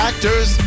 Actors